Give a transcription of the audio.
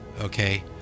Okay